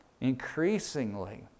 Increasingly